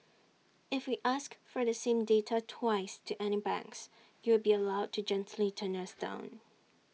if we ask for the same data twice to any banks you will be allowed to gently turn us down